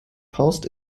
faust